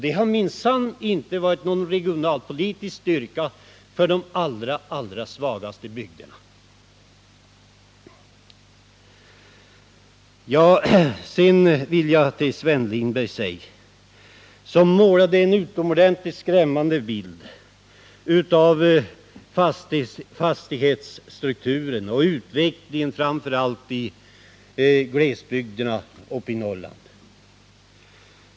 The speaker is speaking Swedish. Det har minsann inte varit någon regionalpolitisk styrka för de allra svagaste bygderna. Sven Lindberg målade upp en utomordentligt skrämmande bild av fastighetsstrukturen och utvecklingen framför allt i glesbygderna i Norrland.